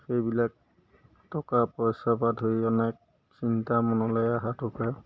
সেইবিলাক টকা পইচাৰপৰা ধৰি অনেক চিন্তা মনলৈ অহাটোকে